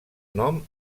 nom